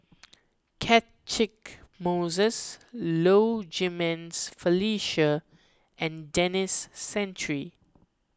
Catchick Moses Low Jimenez Felicia and Denis Santry